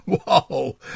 Whoa